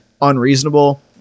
unreasonable